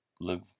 live